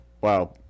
wow